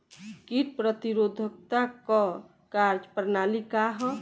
कीट प्रतिरोधकता क कार्य प्रणाली का ह?